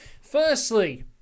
Firstly